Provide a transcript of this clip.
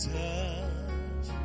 touch